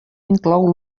inclou